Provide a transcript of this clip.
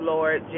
Lord